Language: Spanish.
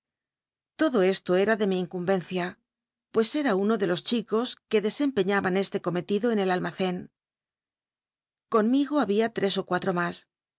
j'otlo esto era fle mi incumbencia pues era uno de los chicos que rlc rmpeñahan este cometido en el almac n conmigo babia ttcs ó cuatro mas